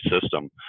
system